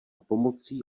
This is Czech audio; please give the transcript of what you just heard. pomocí